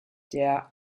der